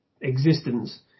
existence